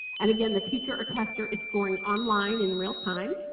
and again the teacher or tester is scoring online in real-time.